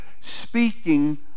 speaking